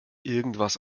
irgendwas